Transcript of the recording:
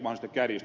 ja b